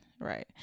right